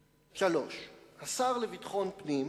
3. השר לביטחון פנים